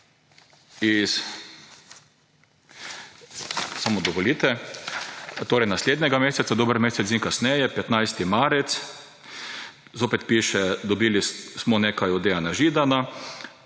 dovolite. Naslednjega meseca, dober mesec dni kasneje, 15. marec, zopet piše, dobili smo nekaj od Dejana Židana,